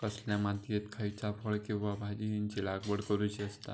कसल्या मातीयेत खयच्या फळ किंवा भाजीयेंची लागवड करुची असता?